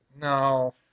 No